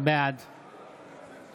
בעד